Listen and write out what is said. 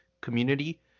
community